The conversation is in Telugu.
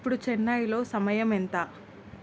ఇప్పుడు చెన్నైలో సమయం ఎంత